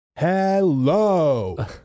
Hello